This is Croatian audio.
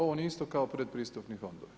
On je isto kao pretpristupni fondovi.